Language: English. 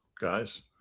guys